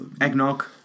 eggnog